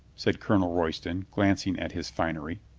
said colonel royston, glancing at his finery.